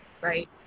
right